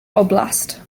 oblast